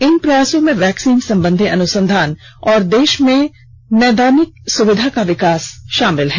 इन प्रयासों में वैक्सीन संबंधी अनुसंधान और देश में नैदानिक सुविधा का विकास शामिल है